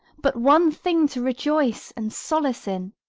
but one thing to rejoice and solace in,